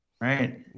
right